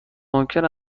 ممکن